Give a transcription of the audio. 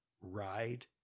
Ride